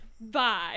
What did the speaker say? Bye